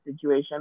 situation